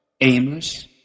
aimless